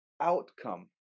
outcome